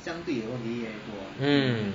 mm